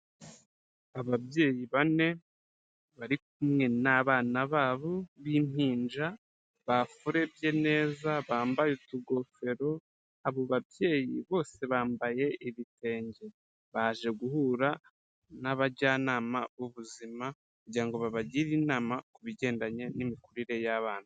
Ababyeyi bane bari kumwe n'abana babo b'impinja bafurebye neza, bambaye utugofero, abo babyeyi bose bambaye ibitenge. Baje guhura n'abajyanama b'ubuzima kugira ngo babagire inama ku bigendanye n'imikurire y'abana.